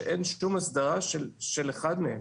שאין שום הסדרה של אחד מהם